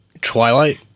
Twilight